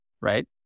right